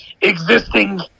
existing